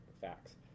facts